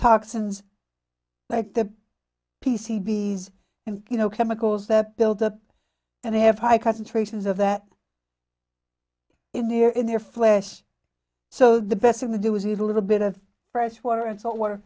toxins like the p c b and you know chemicals that build up and they have high concentrations of that in the air in their flesh so the best of the do is eat a little bit of fresh water and salt water